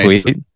sweet